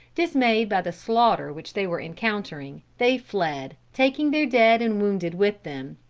dismayed by the slaughter which they were encountering, they fled, taking their dead and wounded with them.